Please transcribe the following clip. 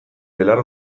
belar